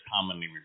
commonly